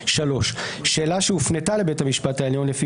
(3) שאלה שהופנתה לבית המשפט העליון לפי